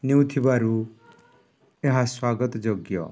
ନେଉଥିବାରୁ ଏହା ସ୍ଵାଗତ ଯୋଗ୍ୟ